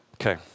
Okay